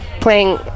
playing